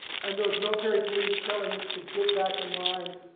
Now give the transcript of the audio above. and those military police telling us to get back in line,